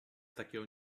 takiego